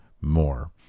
more